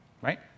right